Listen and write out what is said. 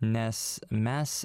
nes mes